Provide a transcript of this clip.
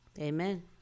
Amen